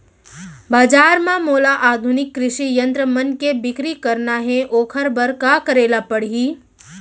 बजार म मोला आधुनिक कृषि यंत्र मन के बिक्री करना हे ओखर बर का करे ल पड़ही?